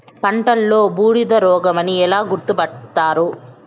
పంటలో బూడిద రోగమని ఎలా గుర్తుపడతారు?